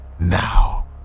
now